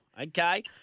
Okay